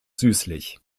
süßlich